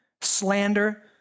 slander